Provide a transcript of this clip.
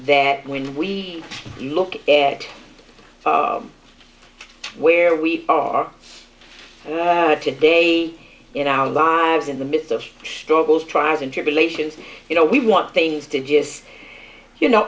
that when we look at where we are and to day in our lives in the midst of struggles trials and tribulations you know we want things to just you know